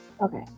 Okay